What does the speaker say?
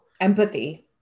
Empathy